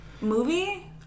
Movie